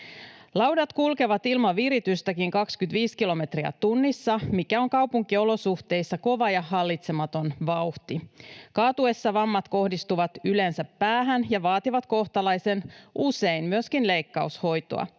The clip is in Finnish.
Laudat kulkevat ilman viritystäkin 25 kilometriä tunnissa, mikä on kaupunkiolosuhteissa kova ja hallitsematon vauhti. Kaatuessa vammat kohdistuvat yleensä päähän ja vaativat kohtalaisen usein myöskin leikkaushoitoa.